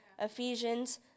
Ephesians